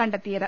കുണ്ടെത്തിയത്